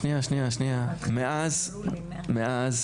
מאז